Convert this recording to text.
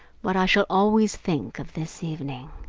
but i shall always think of this evening.